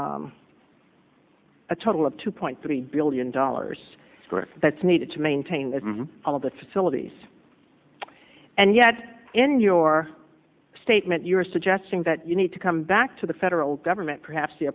have a total of two point three billion dollars that's needed to maintain all of the facilities and yet in your statement you are suggesting that you need to come back to the federal government perhaps the